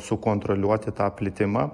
sukontroliuoti tą plitimą